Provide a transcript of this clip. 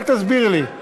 רק תסביר לי.